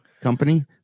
company